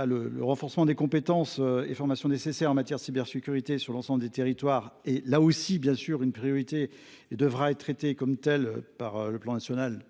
Le renforcement des compétences et des formations nécessaires en matière de cybersécurité sur l’ensemble des territoires est bien sûr une priorité et devra être traité comme tel par la stratégie nationale